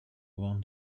won